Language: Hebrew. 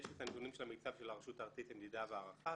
יש את הנתונים של המיצ"ב של הרשות הארצית למדידה והערכה,